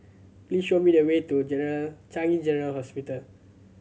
please show me the way to General Changi General Hospital